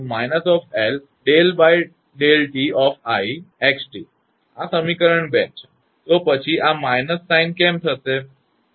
તો પછી આ માઇનસ સાઇન બાદબાકી ચિહ્ન કેમ થશે